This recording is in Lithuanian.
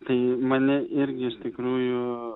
tai mane irgi iš tikrųjų